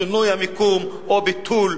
שינוי המיקום או ביטול,